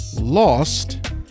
Lost